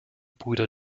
brüder